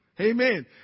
Amen